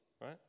right